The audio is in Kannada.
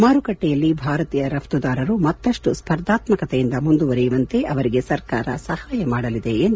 ಮಾರುಕಟ್ಟೆಯಲ್ಲಿ ಭಾರತೀಯ ರಫ್ತದಾರರು ಮತ್ತಪ್ಟು ಸ್ಪರ್ಧಾತ್ಮಕತೆಯಿಂದ ಮುಂದುವರೆಯುವಂತೆ ಅವರಿಗೆ ಸರ್ಕಾರ ಸಹಾಯ ಮಾಡಲಿದೆ ಎಂದರು